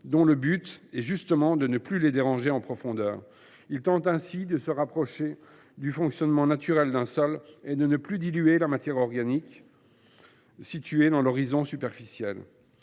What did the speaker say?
dont le but est justement de ne plus déranger ceux ci en profondeur. Ses promoteurs tentent de se rapprocher du fonctionnement naturel d’un sol et de ne plus diluer la matière organique située dans l’horizon superficiel.